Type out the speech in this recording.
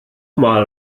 mal